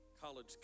college